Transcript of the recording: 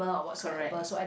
correct